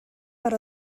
per